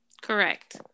correct